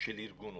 של ארגון עובדים.